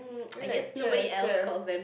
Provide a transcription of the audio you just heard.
very like Cher Cher